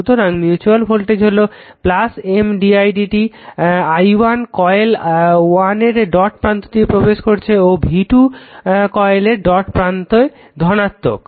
সুতরাং mutual voltage হলো M d i1 dt i1 coil 1 এর ডট প্রান্ত দিয়ে প্রবেশ করছে ও v2 কয়েলের ডট প্রান্তে ধনাত্মক